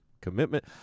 commitment